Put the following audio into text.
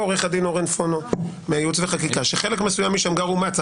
--- עורך דין אורן פונו מייעוץ וחקיקה שחלק מסוים משמגר אומץ,